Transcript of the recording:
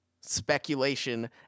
speculation